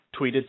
tweeted